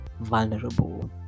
vulnerable